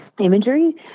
imagery